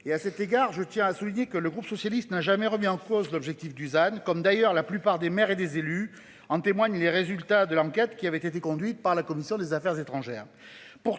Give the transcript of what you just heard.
et à cet égard, je tiens à souligner que le groupe socialiste n'a jamais remis en cause l'objectif Dusan comme d'ailleurs la plupart des maires et des élus. En témoignent les résultats de l'enquête qui avait été conduite par la commission des Affaires étrangères